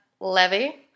Levy